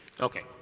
Okay